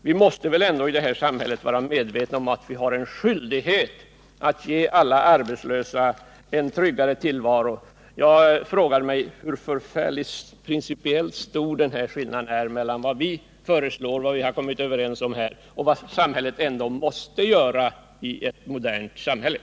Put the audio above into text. Vi måste i samhället vara medvetna om att vi har en skyldighet att ge alla arbetslösa en tryggare tillvaro. Jag frågar mig hur stor den principiella skillnaden är mellan det vi kommit överens om här och vad ett modernt samhälle ändå måste göra.